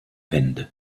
wände